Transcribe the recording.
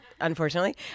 unfortunately